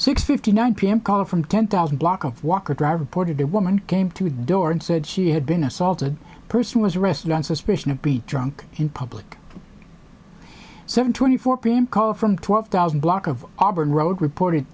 six fifty nine pm caller from ten thousand block of walker drive reported a woman came to the door and said she had been assaulted a person was arrested on suspicion of be drunk in public seven twenty four pm call from twelve thousand block of auburn road reported